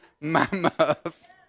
mammoth